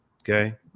okay